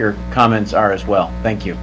your comments are as well thank you